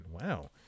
Wow